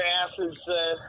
asses